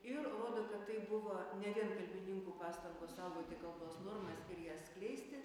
ir rodo kad tai buvo ne vien kalbininkų pastangos saugoti kalbos normas ir jas skleisti